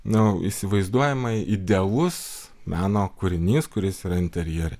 nu įsivaizduojamai idealus meno kūrinys kuris yra interjere